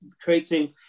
creating